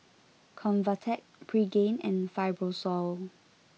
Convatec Pregain and Fibrosol